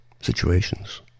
situations